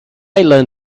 learn